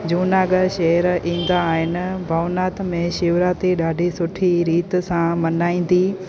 जूनागढ़ शहर ईंदा आइन भवनाथ में शिवरात्रि ॾाढी सुठी रीति सां मल्हाईंदी